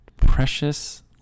precious